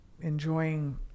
enjoying